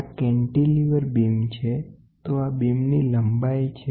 તો આ બીમ અથવા કેન્ટીલિવરની લંબાઇ છે હુ તેને બીમ તરીકે સૂચન કરીશ નહી